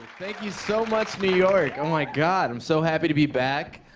thank you so much, new york. oh, my god, i'm so happy to be back.